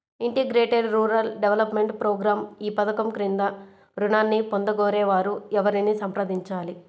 Integrated rural development program ఈ పధకం క్రింద ఋణాన్ని పొందగోరే వారు ఎవరిని సంప్రదించాలి?